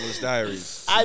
diaries